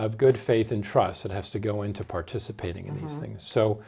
of good faith and trust that has to go into participating in these things so